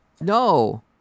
No